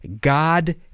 God